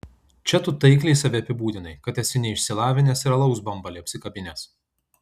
čia tu taikliai save apibūdinai kad esi neišsilavinęs ir alaus bambalį apsikabinęs